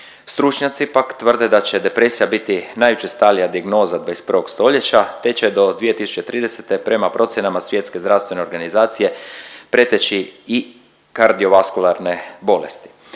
Stručnjaci pak tvrde da će depresija biti najučestalija dijagnoza 21. stoljeća, te će do 2030. prema procjenama Svjetske zdravstvene organizacije preteči i kardiovaskularne bolesti.